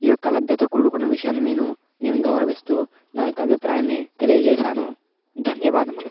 ఈ యొక్క లభ్యత కూడుకున్న విషయాన్ని నేను నేను గౌరవిస్తూ నా యొక్క అభిప్రాయాన్ని తెలియజేశాను ధన్యవాదములు